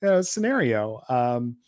scenario